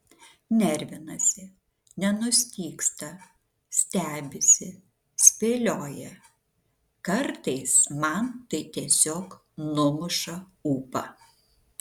nervinasi nenustygsta stebisi spėlioja kartais man tai tiesiog numuša ūpą